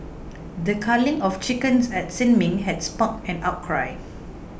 the culling of chickens at Sin Ming had sparked an outcry